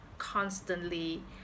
constantly